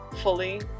fully